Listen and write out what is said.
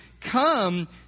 come